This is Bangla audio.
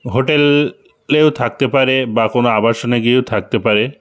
হোটেল হোটেলেও থাকতে পারে বা কোনও আবাসনে গিয়েও থাকতে পারে